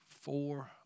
four